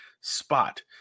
spot